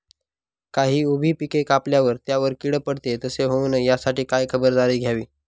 काही उभी पिके कापल्यावर त्यावर कीड पडते, तसे होऊ नये यासाठी काय खबरदारी घ्यावी?